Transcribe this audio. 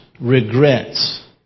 regrets